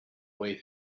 way